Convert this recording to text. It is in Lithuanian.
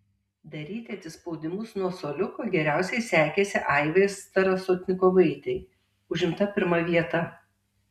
daryti atsispaudimus nuo suoliuko geriausiai sekėsi aivai starasotnikovaitei užimta pirma vieta